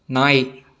நாய்